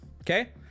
okay